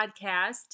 podcast